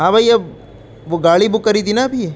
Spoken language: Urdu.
ہاں بھئی اب وہ گاڑی بک کری تھی نہ ابھی